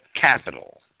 capital